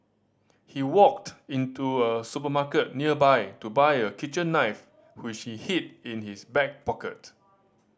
he walked into a supermarket nearby to buy a kitchen knife which he hid in his back pocket